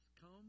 Come